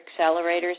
accelerators